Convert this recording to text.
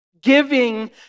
Giving